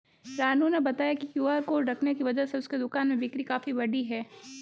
रानू ने बताया कि क्यू.आर कोड रखने की वजह से उसके दुकान में बिक्री काफ़ी बढ़ी है